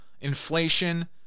Inflation